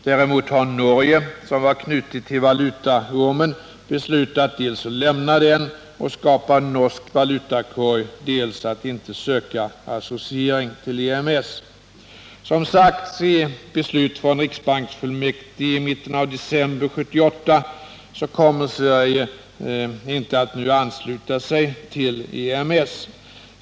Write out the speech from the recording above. Däremot har Norge, som var knutet till valutaormen, beslutat dels att lämna den och skapa en norsk valutakorg, dels att inte söka associering till EMS. Som sagts i beslut av riksbanksfullmäktige i mitten av december 1978, kommer Sverige inte att nu ansluta sig till EMS.